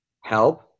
Help